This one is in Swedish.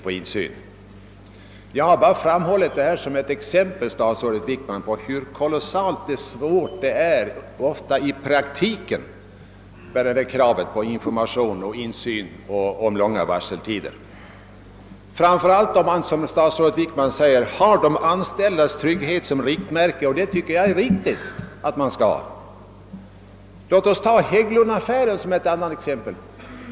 Jag har, statsrådet Wickman, framhållit detta som ett exempel på hur kravet på insyn, information och långa varseltider i praktiken ofta är svårt att uppfylla. Framför allt gäller detta då, som statsrådet Wickman sade, man har de anställdas trygghet som riktmärke. Det är riktigt att man skall ha det. Låt oss ta Hägglundsaffären som ett annat exempel.